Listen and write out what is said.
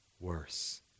worse